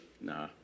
nah